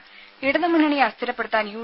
രുമ ഇടതുമുന്നണിയെ അസ്ഥിരപ്പെടുത്താൻ യു